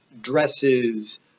dresses